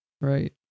Right